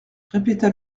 répéta